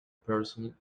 person